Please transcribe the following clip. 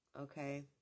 Okay